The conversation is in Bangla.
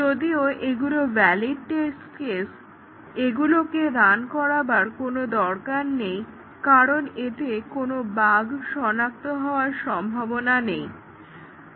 যদিও এগুলো ভালিড টেস্ট কেস এগুলোকে রান করবার কোনো দরকার নেই কারণ এতে বাগ সনাক্ত হওয়ার সম্ভাবনা শূন্য